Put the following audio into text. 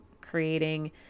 creating